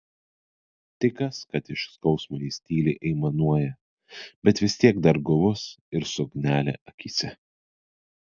tai kas kad iš skausmo jis tyliai aimanuoja bet vis tiek dar guvus ir su ugnele akyse